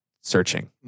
searching